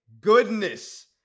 goodness